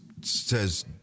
says